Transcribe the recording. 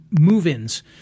move-ins